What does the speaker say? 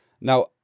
now